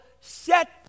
set